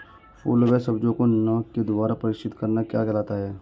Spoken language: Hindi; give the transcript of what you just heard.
फलों व सब्जियों को नमक के द्वारा परीक्षित करना क्या कहलाता है?